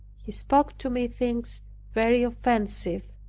he spoke to me things very offensive.